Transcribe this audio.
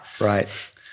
right